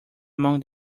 among